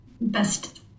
best